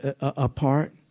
apart